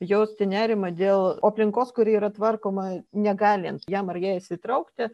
jausti nerimą dėl aplinkos kuri yra tvarkoma negalint jam ar jai įsitraukti